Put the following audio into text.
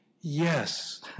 Yes